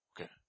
okay